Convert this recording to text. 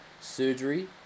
surgery